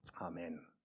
Amen